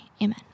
Amen